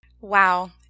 Wow